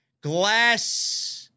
glass